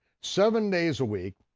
seven days a week,